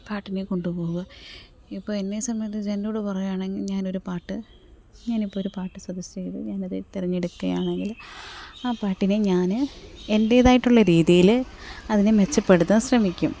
പാട്ടിനെ കൊണ്ടു പോകും ഇപ്പോൾ എന്നെ സംബന്ധിച്ച് എന്നോട് പറയുകയാണെങ്കിൽ ഞാനൊരു പാട്ടു ഞാനിപ്പോൾ ഒരു പാട്ട് സജസ്റ്റ് ചെയ്തു ഞാൻ അതു തിരഞ്ഞെടുക്കുകയാണെങ്കിൽ ആ പാട്ടിനെ ഞാൻ എൻ്റേതായിട്ടുള്ള രീതിയിൽ അതിനെ മെച്ചപ്പെടുത്താൻ ശ്രമിക്കും